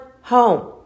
home